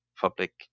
public